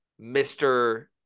Mr